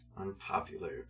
Unpopular